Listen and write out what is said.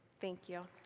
thank you.